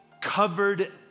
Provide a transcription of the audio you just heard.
covered